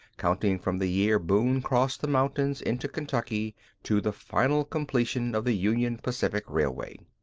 counting from the year boone crossed the mountains into kentucky to the final completion of the union pacific railway.